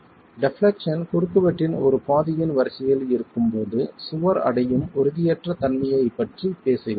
deflection குறுக்குவெட்டின் ஒரு பாதியின் வரிசையில் இருக்கும்போது சுவர் அடையும் உறுதியற்ற தன்மையைப் பற்றி பேசுகிறோம்